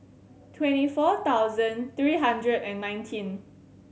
twenty four thousand three hundred and nineteen